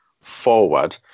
forward